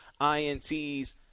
INTs